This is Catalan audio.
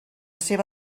seva